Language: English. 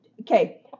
Okay